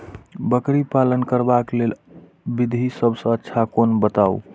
बकरी पालन करबाक लेल विधि सबसँ अच्छा कोन बताउ?